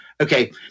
Okay